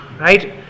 Right